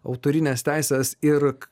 autorines teises ir